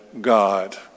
God